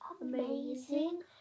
amazing